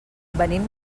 venim